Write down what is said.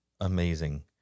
amazing